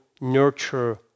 nurture